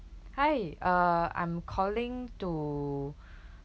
hi uh I'm calling to